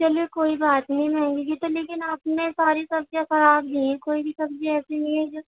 چلیے کوئی بات نہیں مہنگی کی تو لیکن آپ نے ساری سبزیاں خراب دی ہیں کوئی بھی سبزی ایسی نہیں ہے جو